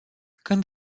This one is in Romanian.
când